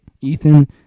Ethan